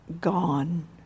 gone